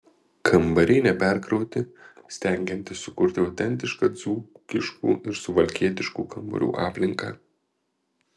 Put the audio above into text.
kambariai neperkrauti stengiantis sukurti autentišką dzūkiškų ir suvalkietiškų kambarių aplinką